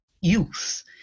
youth